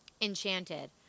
Enchanted